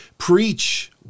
Preach